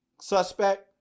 suspect